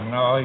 no